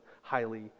highly